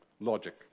logic